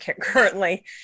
currently